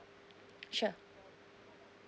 sure